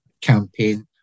campaign